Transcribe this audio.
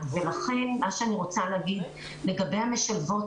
לגבי המשלבות.